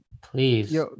Please